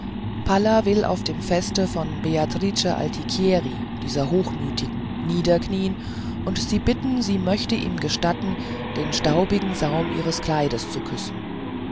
palla will auf dem feste vor beatrice altichieri dieser hochmütigen niederknien und sie bitten sie möchte ihm gestatten den staubigen saum ihres kleides zu küssen